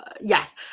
yes